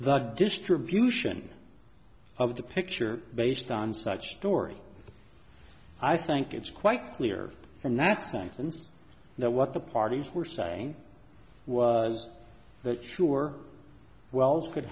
the distribution of the picture based on such story i think it's quite clear from that franklin's that what the parties were saying was that sure wells could